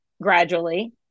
gradually